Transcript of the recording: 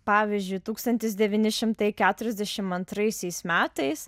pavyzdžiui tūkstantis devyni šimtai keturiasdešim antraisiais metais